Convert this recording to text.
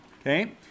okay